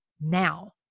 now